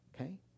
okay